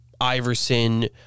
Iverson